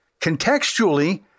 Contextually